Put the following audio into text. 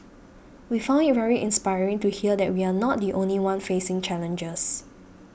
we found it very inspiring to hear that we are not the only one facing challenges